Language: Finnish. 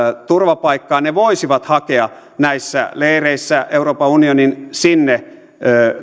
turvapaikkaa voisivat hakea näissä leireissä euroopan unionin sinne